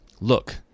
look